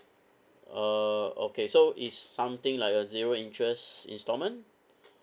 uh okay so it's something like a zero interest instalment